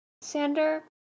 Sander